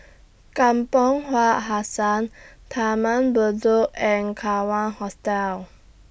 Kampong Hassan Taman Bedok and Kawan Hostel